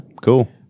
Cool